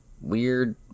weird